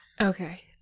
okay